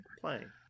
playing